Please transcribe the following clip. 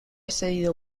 cedido